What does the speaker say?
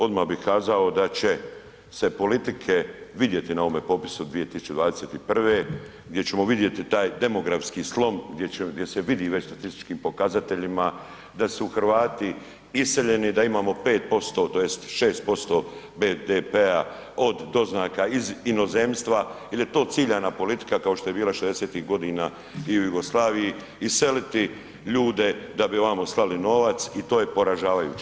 Odmah bih kazao da će se politike vidjeti na ovome popisu 2021. gdje ćemo vidjeti taj demografski slom gdje se vidi već statističkim pokazateljima da su Hrvati iseljeni, da imamo 5%, tj. 6% BDP-a od doznaka iz inozemstva jer je to ciljana politika, kao što je bila 60-ih godina i u Jugoslaviji, iseliti ljude da bi vamo slali novac i to je poražavajuće.